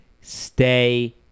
Stay